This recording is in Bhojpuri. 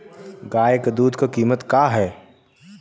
गाय क दूध क कीमत का हैं?